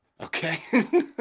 Okay